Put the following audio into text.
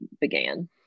began